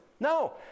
No